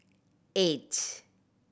eight